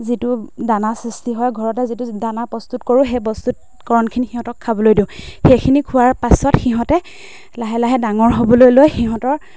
যিটো দানা সৃষ্টি হয় ঘৰতে যিটো দানা প্ৰস্তুত কৰোঁ সেই প্ৰস্তুতকৰণখিনি সিহঁতক খাবলৈ দিওঁ সেইখিনি খোৱাৰ পাছত সিহঁতে লাহে লাহে ডাঙৰ হ'বলৈ লৈ সিহঁতৰ